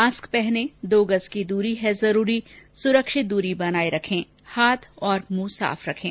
mask पहनें दो गज़ की दूरी है जरूरी सुरक्षित दूरी बनाए रखें हाथ और मुंह साफ रखें